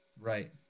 Right